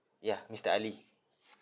yeah mister ali